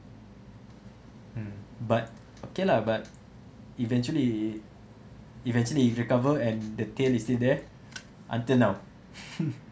mm but okay lah but eventually eventually it recover and the tail is still there until now